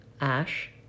ash